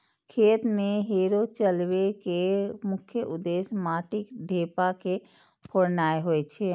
खेत मे हैरो चलबै के मुख्य उद्देश्य माटिक ढेपा के फोड़नाय होइ छै